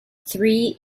three